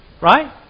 right